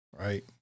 Right